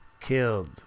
killed